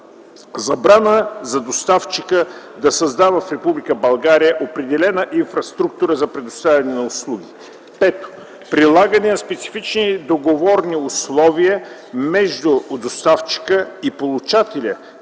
забрана за доставчика да създава в Република България определена инфраструктура за предоставяне на услуги; 5. прилагане на специфични договорни условия между доставчика и получателя,